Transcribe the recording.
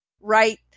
right